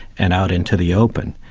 and out into the open.